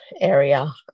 area